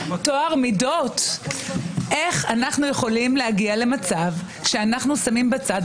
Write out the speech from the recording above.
טוהר מידות איך אנחנו יכולים להגיע למצב שאנחנו שמים את זה בצד,